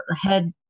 head